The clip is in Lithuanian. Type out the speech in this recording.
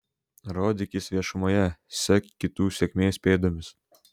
rodykis viešumoje sek kitų sėkmės pėdomis